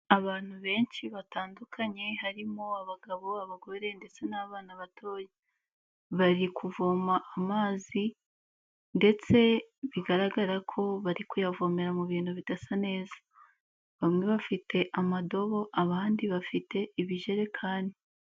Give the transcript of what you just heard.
Abantu benshi batandukanye harimo: Abagabo, abagore ndetse n'abana batoya, bari kuvoma amazi ndetse bigaragara ko bari kuyavomera mu bintu bidasa neza, bamwe bafite amadobo abandi bafite ibijerekani.